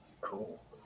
Cool